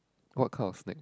what kind of snack